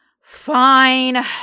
Fine